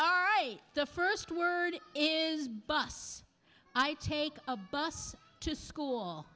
are right the first word is bus i take a bus to school